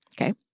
Okay